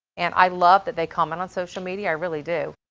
and i love that they comment on social media, i really do.